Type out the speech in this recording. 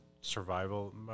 survival